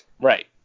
Right